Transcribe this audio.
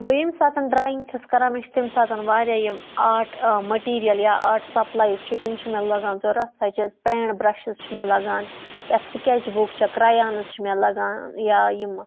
بہٕ ییٚمہِ ساتہٕ ڈرٛایِنٛگ چھَس کَران مےٚ چھِ تَمہِ ساتہٕ واریاہ یِم آرٹ مٔٹیٖریَل یا آرٹ سَپلایِز چھِ تِم چھِ مےٚ لَگان ضوٚرَتھ سَچ ایز پینٛٹ برٛشٕز چھِ مےٚ لَگان یا سِکٮ۪چ بُک چھےٚ کرٛیانٕز چھِ مےٚ لَگان یا یِمہٕ